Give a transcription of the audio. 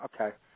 Okay